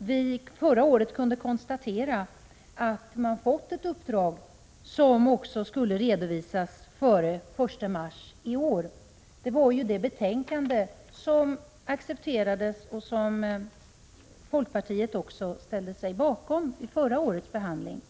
i form av ett uppdrag som skulle redovisas före den 1 mars i år. Så stod det i det betänkande som antogs av riksdagen och som också folkpartiet ställde sig bakom vid förra årets behandling.